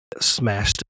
smashed